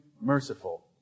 merciful